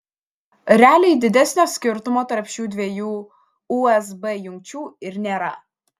realiai didesnio skirtumo tarp šių dviejų usb jungčių ir nėra